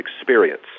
experience